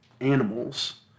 animals